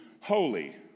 holy